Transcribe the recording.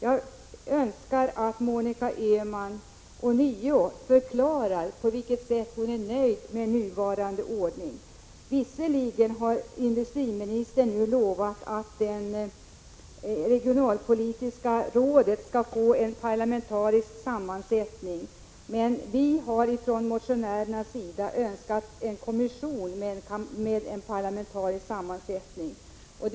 Jag önskar att Monica Öhman ånyo förklarar på vilket sätt hon är nöjd med nuvarande ordning. Industriministern har visserligen nu lovat att det regionalpolitiska rådet skall få en parlamentarisk sammansättning, men vi motionärer har önskat en parlamentariskt sammansatt kommission.